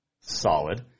solid